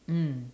mm